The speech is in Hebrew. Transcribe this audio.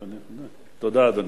תודה, אדוני.